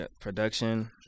production